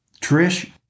Trish